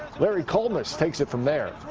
larry collmus takes it from there.